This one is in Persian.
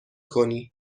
کنی